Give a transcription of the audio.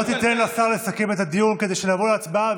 בוא תיתן לשר לסכם את הדיון כדי שנעבור להצבעה.